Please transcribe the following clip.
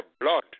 blood